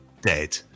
dead